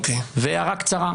הערה קצרה.